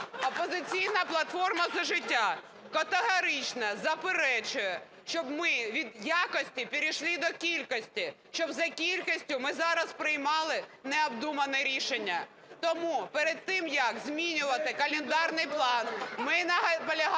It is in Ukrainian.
"Опозиційна платформа - За життя" категорично заперечує, щоб ми від якості перейшли до кількості, щоб за кількістю ми зараз приймали необдумане рішення. Тому перед тим, як змінювати календарний план, ми наполягаємо